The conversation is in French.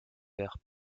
vers